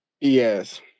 Yes